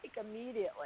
immediately